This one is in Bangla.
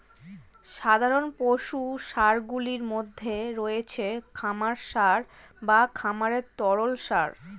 সাধারণ পশু সারগুলির মধ্যে রয়েছে খামার সার বা খামারের তরল সার